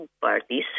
parties